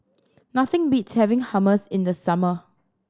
nothing beats having Hummus in the summer